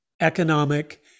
economic